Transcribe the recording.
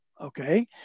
okay